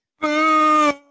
Boo